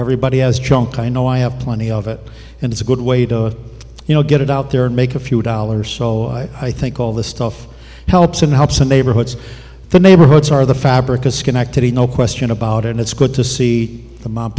everybody has junk i know i have plenty of it and it's a good way to you know get it out there and make a few dollars so i think all this stuff helps and helps the neighborhoods the neighborhoods are the fabric of schenectady no question about it it's good to see the mo